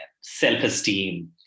self-esteem